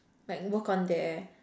like work on their